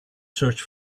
search